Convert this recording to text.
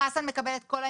חסן מקבל את כל האינפורמציה.